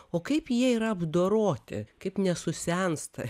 o kaip jie yra apdoroti kaip nesusensta